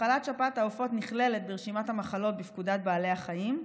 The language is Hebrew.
מחלת שפעת העופות נכללת ברשימת המחלות בפקודת בעלי החיים.